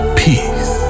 peace